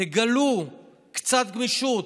תגלו קצת גמישות.